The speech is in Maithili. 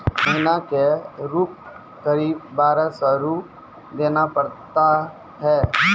महीना के रूप क़रीब बारह सौ रु देना पड़ता है?